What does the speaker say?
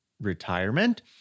retirement